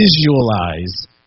visualize